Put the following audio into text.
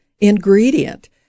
ingredient